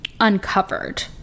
uncovered